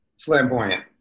flamboyant